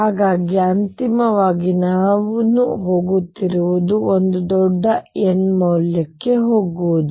ಹಾಗಾಗಿ ಅಂತಿಮವಾಗಿ ನಾನು ಹೋಗುತ್ತಿರುವುದು ಒಂದು ದೊಡ್ಡ n ಮೌಲ್ಯಕ್ಕೆ ಹೋಗುವುದು